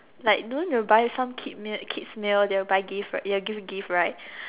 like don't you buy some kid meal kids meal they will buy gift they will give gift right